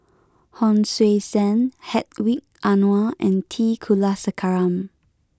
Hon Sui Sen Hedwig Anuar and T Kulasekaram